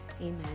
Amen